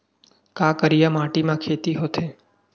का करिया माटी म खेती होथे?